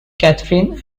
catherine